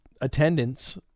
attendance